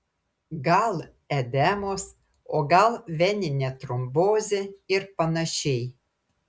gal edemos o gal veninė trombozė ir panašiai